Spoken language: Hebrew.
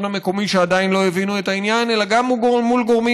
המקומי שעדיין לא הבינו את העניין אלא גם מול גורמים